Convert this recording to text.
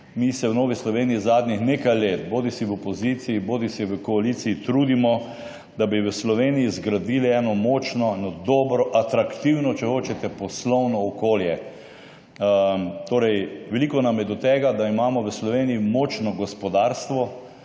se mi v Novi Sloveniji zadnjih nekaj let bodisi v opoziciji bodisi v koaliciji trudimo, da bi v Sloveniji zgradili eno močno, eno dobro, atraktivno, če hočete, poslovno okolje. Veliko nam je do tega, da imamo v Sloveniji močno gospodarstvo,